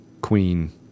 queen